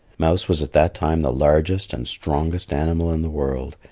mouse was at that time the largest and strongest animal in the world,